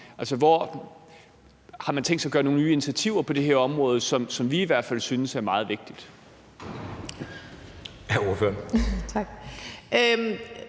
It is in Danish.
SF, om man har tænkt sig at tage nogle nye initiativer på det her område, som vi i hvert fald synes er meget vigtigt.